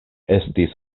estis